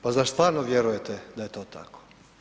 Pa zar stvarno vjerujete da je to tako?